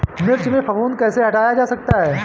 मिर्च में फफूंदी कैसे हटाया जा सकता है?